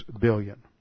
billion